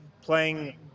playing